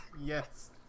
Yes